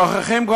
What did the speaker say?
שוכחים,